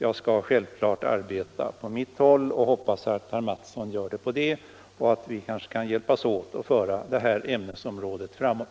Jag skall självfallet arbeta på mitt håll och hoppas att herr Mattsson arbetar på sitt, så att vi kanske kan hjälpas åt att föra utvecklingen på det här området framåt.